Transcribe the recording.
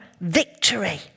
victory